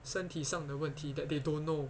身体上的问题 that they don't know